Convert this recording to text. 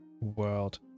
world